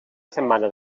setmana